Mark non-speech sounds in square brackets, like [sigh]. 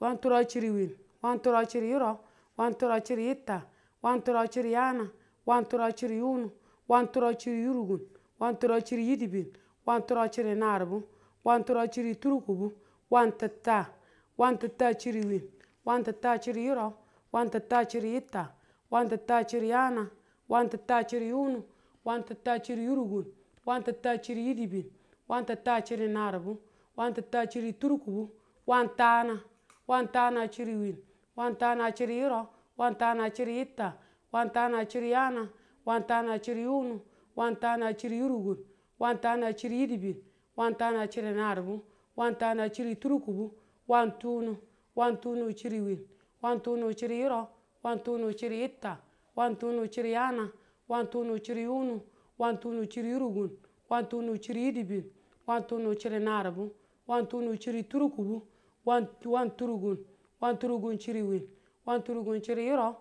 wan turau chiri wiin. wan turau chiri yurau. wan turau chiri yitta. wan turau chiri yaana. wan turau chiri yunu. wan turau chiri yurukum. wan turau chiri yidibin. wan turau chiri naribu. wan turau chiri tuirukubu. wantitta. wantitta chiri wiin. wantitta chiri yurau. wantitta chiri yitta. wantitta chiri yaana. wantitta chiri yunu. wantitta chiri yurukum. wantitta chiri yidibin. wantitta chiri naribu. wantitta chiri turkubu. wan tana. wan tana chiri wiim. wan tana chiri yurau. wan tana chiri yitta. wan tana chiri yaana. wan tana chiri yunu. wan tana chiri yurukum. wan tana chiri yidibin. wan tana chiri naribu. wan tana chiri turkubu. wan tunu. wan tunu chiri wiim. wan tunu chiri yurau. wan tunu chiri yitta. wan tunu chiri yaana. wan tunu chiri yunu. wan tunu chiri yurukum. wan tunu chiri yidibin. wan tunu chiri naribu. wan tunu chiri turkubu. [hesitation] wan- wantunukuun. wantunukuun chiri wiin. wantunukuun chiri yurau